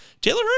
Taylor